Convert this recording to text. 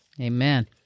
Amen